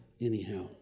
anyhow